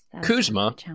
Kuzma